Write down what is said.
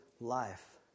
life